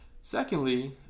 Secondly